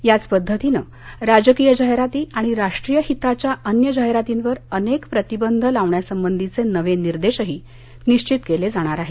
याच पद्धतीनं राजकीय जाहिराती आणि राष्ट्रीय हिताच्या अन्य जाहिरातींवर अनेक प्रतिबंध लावण्यासंबंधीचे नवे निर्देशही निश्वित केले जाणार आहेत